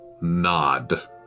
nod